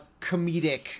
comedic